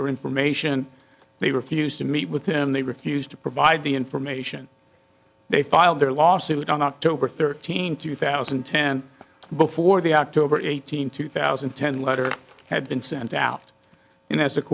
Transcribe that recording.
for information they refused to meet with him they refused to provide the information they filed their lawsuit on october thirteenth two thousand and ten before the october eighteenth two thousand and ten letter had been sent out and as